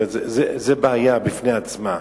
כלומר, זו בעיה בפני עצמה.